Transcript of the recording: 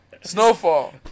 Snowfall